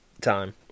time